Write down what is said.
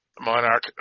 Monarch